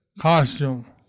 costume